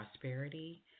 prosperity